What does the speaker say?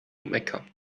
mecca